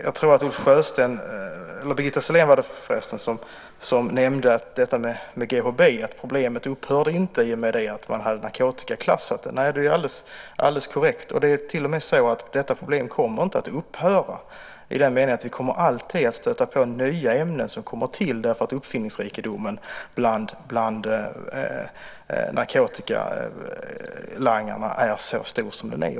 Jag tror att det var Birgitta Sellén som nämnde GHB. Problemet upphörde inte i och med att man hade narkotikaklassat det. Nej, det är ju alldeles korrekt. Det är till och med så att detta problem inte kommer att upphöra i den meningen att vi alltid kommer att stöta på nya ämnen som kommer till för att uppfinningsrikedomen bland narkotikalangarna är så stor som den är.